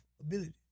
ability